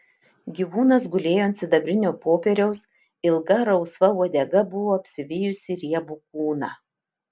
gyvūnas gulėjo ant sidabrinio popieriaus ilga rausva uodega buvo apsivijusi riebų kūną